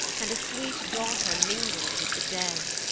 and a sweet daughter mingled with the dead.